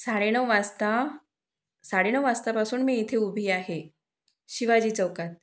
साडे नऊ वाजता साडे नऊ वाजतापासून मी इथे उभी आहे शिवाजी चौकात